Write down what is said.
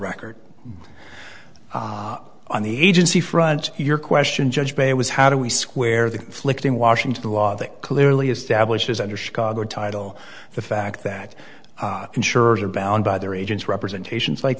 record on the agency front your question judge bay was how do we square the conflicting washington law that clearly establishes under chicago title the fact that insurers are bound by their agents representations like